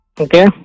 Okay